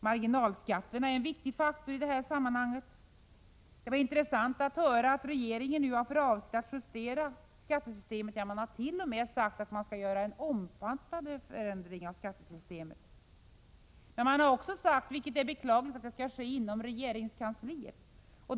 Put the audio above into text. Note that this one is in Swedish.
Marginalskatterna är en viktig faktor i detta sammanhang. Det var intressant att höra att regeringen nu har för avsikt att justera skattesystemet. Ja, man har t.o.m. sagt att man skall genomföra en omfattande förändring av skattesystemet. Man har också sagt, vilket är beklagligt, att detta arbete skall ske inom regeringskansliet.